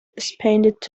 expanded